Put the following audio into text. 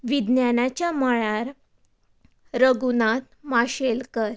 विज्ञानाच्या मळार रघुनाथ माशेलकर